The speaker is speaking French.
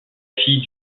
fille